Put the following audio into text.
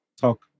talk